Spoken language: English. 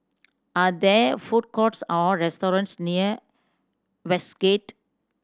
are there food courts or restaurants near Westgate